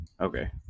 Okay